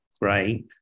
Right